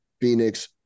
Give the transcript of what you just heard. Phoenix